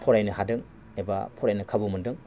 फरायनो हादों एबा फरायनो खाबु मोन्दों